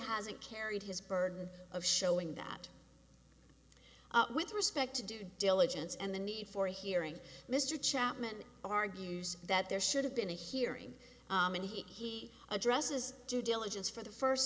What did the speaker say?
hasn't carried his burden of showing that with respect to due diligence and the need for hearing mr chapman argues that there should have been a hearing and he addresses due diligence for the first